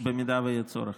יהיה צורך.